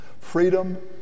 Freedom